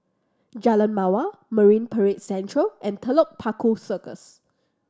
Jalan Mawar Marine Parade Central and Telok Paku Circus